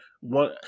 one